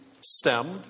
stem